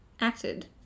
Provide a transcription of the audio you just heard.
acted